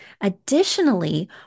Additionally